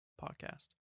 podcast